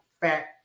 fat